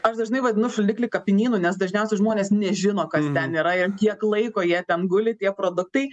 aš dažnai vadinu šaldiklį kapinynu nes dažniausia žmonės nežino kas ten yra ir kiek laiko jie ten guli tie produktai